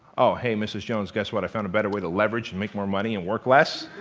ah hey mrs. jones, guess what? i found a better way to leverage, and make more money and work less.